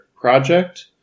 Project